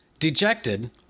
Dejected